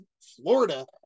Florida